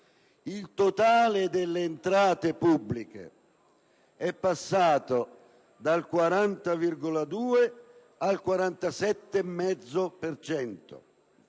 Il totale delle entrate pubbliche è passato dal 44,2 al 47,5